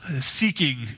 seeking